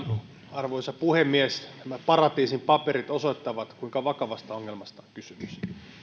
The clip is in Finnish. arvoisa puhemies nämä paratiisin paperit osoittavat kuinka vakavasta ongelmasta on kysymys